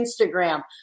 Instagram